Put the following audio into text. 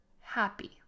happy